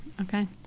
okay